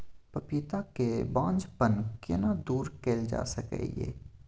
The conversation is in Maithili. पपीता के बांझपन केना दूर कैल जा सकै ये?